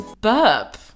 Burp